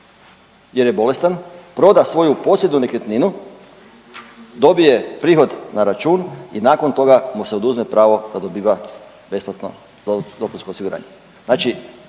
jer je bolestan, proda svoju posljednju nekretninu, dobije prihod na račun i nakon toga mu se oduzme pravo da dobiva besplatno dopunsko osiguranje.